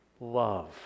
love